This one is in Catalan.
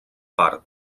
part